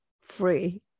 free